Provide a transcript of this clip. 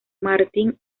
martín